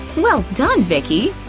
well done, vicky!